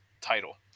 title